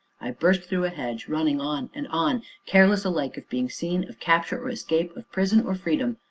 i burst through a hedge, running on, and on careless alike of being seen, of capture or escape, of prison or freedom,